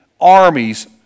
armies